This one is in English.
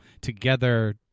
together